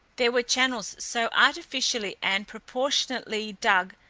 there were channels so artificially and proportionately dug,